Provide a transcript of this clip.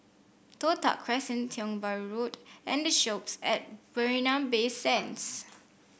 Toh Tuck Crescent Tiong Bahru Road and The Shoppes at Marina Bay Sands